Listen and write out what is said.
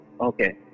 Okay